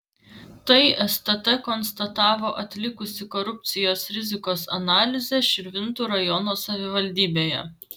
tai stt konstatavo atlikusi korupcijos rizikos analizę širvintų rajono savivaldybėje